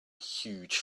huge